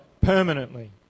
permanently